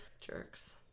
Jerks